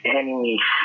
enemies